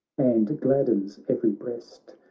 and gladdens every breast.